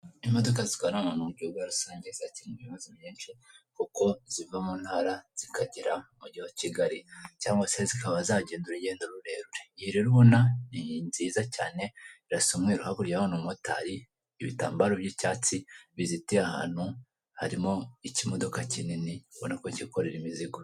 Imodoka zitwara abantu mu buryo bwa rusange zakemuye ibibazo byinshi, kuko ziva mu ntara zikagera mu mugi wa Kigali cyangwa se zikaba zagenda urugendo rurerure, iyi rero ubona ni nziza cyane, irasa umweru, hakurya urahabona umu motari, ibitambaro by'icyatsi bizitiye ahantu, harimo ikimodoka kinini ubona ko kikorera imizigo.